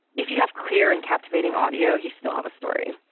if you have clear and captivating audio, you still have a story.